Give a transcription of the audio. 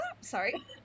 sorry